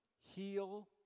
heal